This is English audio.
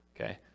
Okay